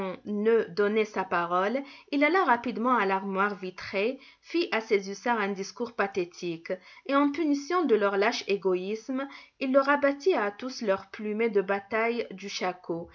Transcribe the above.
eut donné sa parole il alla rapidement à l'armoire vitrée fit à ses hussards un discours pathétique et en punition de leur lâche égoïsme il leur abattit à tous leur plumet de bataille du